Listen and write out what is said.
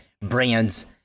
brands